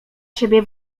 siebie